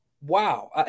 Wow